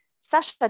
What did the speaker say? Sasha